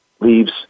leaves